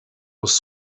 was